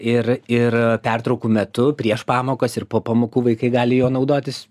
ir ir pertraukų metu prieš pamokas ir po pamokų vaikai gali juo naudotis